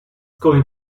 going